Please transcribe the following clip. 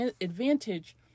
advantage